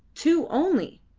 two only!